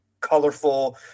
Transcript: colorful